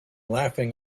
laughing